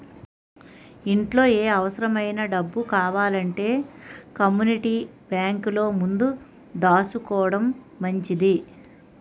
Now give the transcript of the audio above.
ఇంట్లో ఏ అవుసరమైన డబ్బు కావాలంటే కమ్మూనిటీ బేంకులో ముందు దాసుకోడం మంచిది